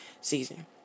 season